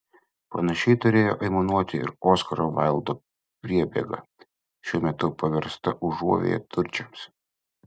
panašiai turėjo aimanuoti ir oskaro vaildo priebėga šiuo metu paversta užuovėja turčiams